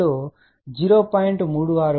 కాబట్టి ωC 0